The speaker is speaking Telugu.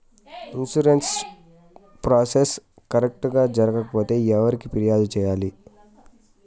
ఇన్సూరెన్సు ప్రాసెస్ కరెక్టు గా జరగకపోతే ఎవరికి ఫిర్యాదు సేయాలి